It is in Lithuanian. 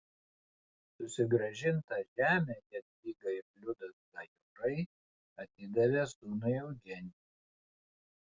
susigrąžintą žemę jadvyga ir liudas dajorai atidavė sūnui eugenijui